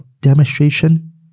demonstration